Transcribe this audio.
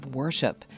worship